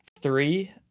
three